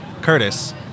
Curtis